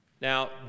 Now